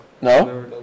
No